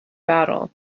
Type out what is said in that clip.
battle